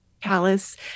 palace